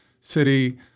city